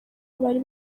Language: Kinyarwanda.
bari